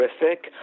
terrific